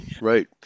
Right